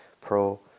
pro